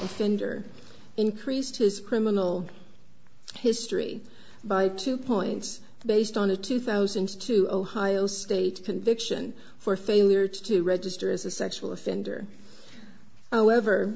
offender increased his criminal history by two points based on a two thousand to two ohio state conviction for failure to register as a sexual offender however